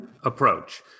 approach